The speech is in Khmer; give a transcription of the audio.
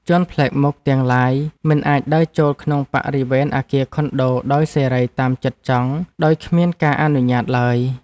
ជនប្លែកមុខទាំងឡាយមិនអាចដើរចូលក្នុងបរិវេណអគារខុនដូដោយសេរីតាមចិត្តចង់ដោយគ្មានការអនុញ្ញាតឡើយ។